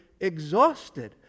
exhausted